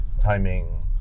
timing